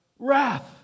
Wrath